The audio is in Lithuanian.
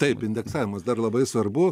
taip indeksavimas dar labai svarbu